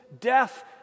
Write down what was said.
death